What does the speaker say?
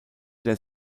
der